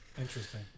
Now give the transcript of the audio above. Interesting